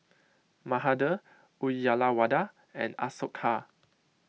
Mahade Uyyalawada and Ashoka